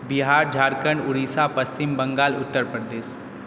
Bihar Jharkhand Orissa Paschim Bengal Uttar Pradesh